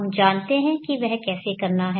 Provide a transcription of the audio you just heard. हम जानते हैं कि वह कैसे करना है